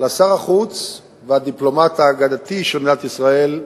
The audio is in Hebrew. לשר החוץ והדיפלומט האגדתי של מדינת ישראל,